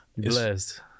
Blessed